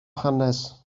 hanes